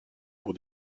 pour